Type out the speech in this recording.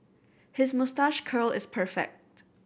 his moustache curl is perfect